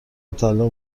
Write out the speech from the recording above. متعلق